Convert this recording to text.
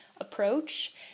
approach